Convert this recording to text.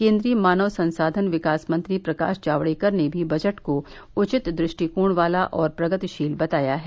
केन्द्रीय मानव संसाधन विकास मंत्री प्रकाश जावड़ेकर ने भी बजट को उचित द ष्टिकोण वाला और प्रगतिशील बताया है